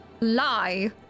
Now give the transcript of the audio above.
lie